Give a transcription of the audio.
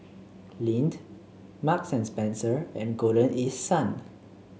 Lindt Marks and Spencer and Golden East Sun